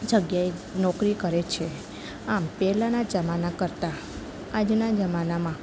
જગ્યાએ નોકરી કરે છે આમ પહેલાંના જમાના કરતાં આજના જમાનામાં